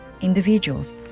individuals